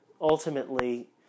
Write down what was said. Ultimately